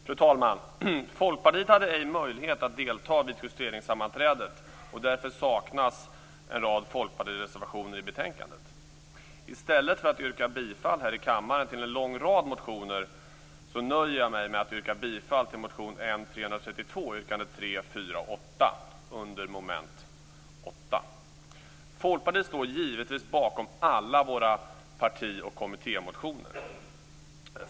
Fru talman! Folkpartiet hade ej möjlighet att delta vid justeringssammanträdet, och därför saknas en rad Folkpartireservationer i betänkandet. I stället för att yrka bifall här i kammaren till en lång rad motioner nöjer jag mig med att yrka bifall till motion N332, yrkande 3, 4 och 8 under mom. 8. Folkpartiet står givetvis bakom alla våra parti och kommittémotioner.